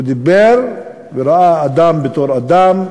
הוא דיבר וראה אדם בתור אדם.